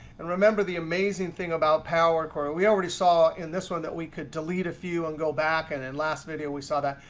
and remember, the amazing thing about power query we already saw in this one that we could delete a few and go back. and and last video we saw that.